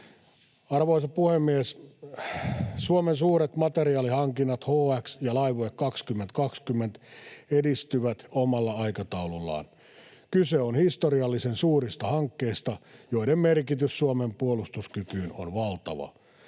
Arvoisa puhemies! Suomen suuret materiaalihankinnat HX ja Laivue 2020 edistyvät omalla aikataulullaan. Kyse on historiallisen suurista hankkeista, joiden merkitys Suomen puolustuskykyyn on valtava.